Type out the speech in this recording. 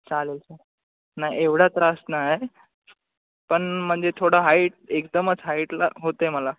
चालेल सर नाय एवढा त्रास नाही पण म्हणजे थोडं हाईट एकदमच हाईटला होते मला